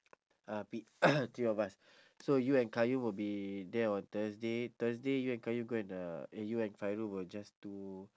uh be three of us so you and qayyum will be there on thursday thursday you and qayyum go and uh eh you and fairul will just do